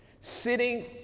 sitting